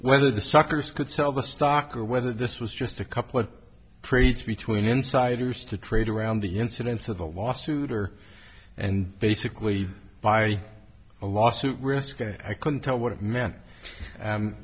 whether the suckers could sell the stock or whether this was just a couple of trades between insiders to trade around the incidence of the lawsuit or and basically buy a lawsuit risqu i couldn't tell what it meant